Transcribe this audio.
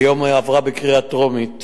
היום עברה בקריאה טרומית